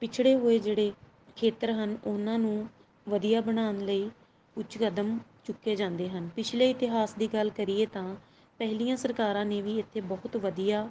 ਪਿਛੜੇ ਹੋਏ ਜਿਹੜੇ ਖੇਤਰ ਹਨ ਉਹਨਾਂ ਨੂੰ ਵਧੀਆ ਬਣਾਉਣ ਲਈ ਉੱਚ ਕਦਮ ਚੁੱਕੇ ਜਾਂਦੇ ਹਨ ਪਿਛਲੇ ਇਤਿਹਾਸ ਦੀ ਗੱਲ ਕਰੀਏ ਤਾਂ ਪਹਿਲੀਆਂ ਸਰਕਾਰਾਂ ਨੇ ਵੀ ਇੱਥੇ ਬਹੁਤ ਵਧੀਆ